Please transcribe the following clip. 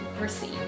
receive